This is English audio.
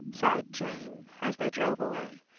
sighed jane, as they drove away.